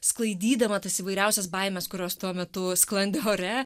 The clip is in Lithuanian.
sklaidydama tas įvairiausias baimes kurios tuo metu sklandė ore